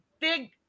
big